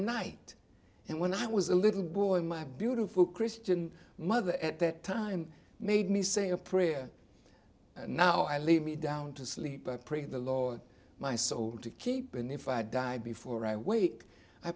night and when i was a little boy my beautiful christian mother at that time made me say a prayer and now i lay me down to sleep i pray the lord my soul to keep and if i die before i wa